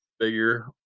figure